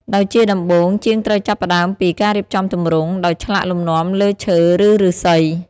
ដោយជាដំបូង ជាងត្រូវចាប់ផ្ដើមពី ការរៀបចំទម្រង់ ដោយឆ្លាក់លំនាំលើឈើ ឬឫស្សី។